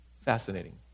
Fascinating